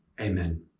Amen